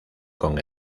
con